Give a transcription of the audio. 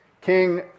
King